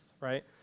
right